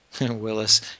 Willis